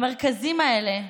המרכזים האלה,